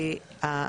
וחלקם לא יעשו את זה.